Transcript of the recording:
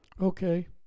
Okay